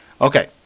Okay